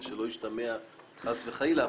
ושלא ישתמע חס וחלילה,